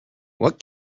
what